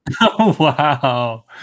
Wow